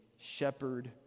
shepherd